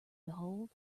behold